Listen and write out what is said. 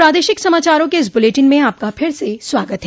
प्रादेशिक समाचारों के इस बुलेटिन में आपका फिर से स्वागत है